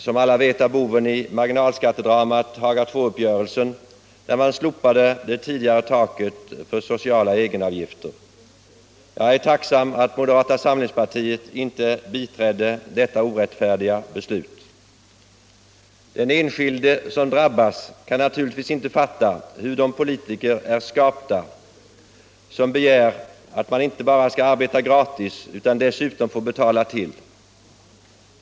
Som alla vet är boven i marginalskattedramat Haga II-uppgörelsen, där man slopade det tidigare taket för sociala egenavgifter. Jag är tacksam för att moderata samlingspartiet inte biträdde detta orättfärdiga beslut. Den enskilde som drabbas kan naturligtvis inte fatta hur de politiker är skapta som begär att man inte bara skall arbeta gratis utan dessutom få betala till.